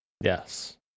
Yes